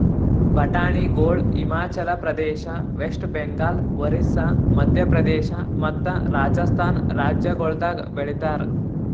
ಬಟಾಣಿಗೊಳ್ ಹಿಮಾಚಲ ಪ್ರದೇಶ, ವೆಸ್ಟ್ ಬೆಂಗಾಲ್, ಒರಿಸ್ಸಾ, ಮದ್ಯ ಪ್ರದೇಶ ಮತ್ತ ರಾಜಸ್ಥಾನ್ ರಾಜ್ಯಗೊಳ್ದಾಗ್ ಬೆಳಿತಾರ್